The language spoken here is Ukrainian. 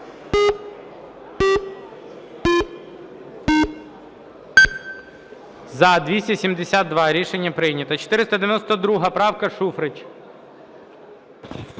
За-272 Рішення прийнято. 492 правка, Шуфрич.